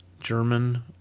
German